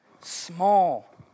small